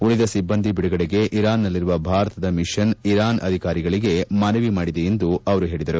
ಉಳಿದ ಸಿಭ್ಗಂದಿ ಬಿಡುಗಡೆಗೆ ಇರಾನ್ನಲ್ಲಿರುವ ಭಾರತದ ಮಿಷನ್ ಇರಾನ್ ಅಧಿಕಾರಿಗಳಿಗೆ ಮನವಿ ಮಾಡಿದೆ ಎಂದು ಅವರು ಹೇಳಿದರು